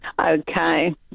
Okay